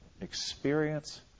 experience